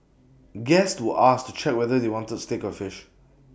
guests to asked to check whether they wanted steak or fish